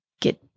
get